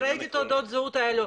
אני ראיתי את תעודות הזהות אלה,